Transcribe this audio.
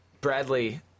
Bradley